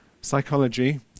psychology